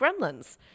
Gremlins